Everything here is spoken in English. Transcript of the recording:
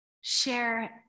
share